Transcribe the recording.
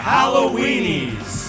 Halloweenies